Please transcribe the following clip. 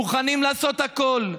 הם מוכנים לעשות הכול,